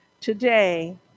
Today